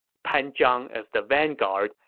pan zhang as the vanguard,